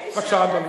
בבקשה, אדוני.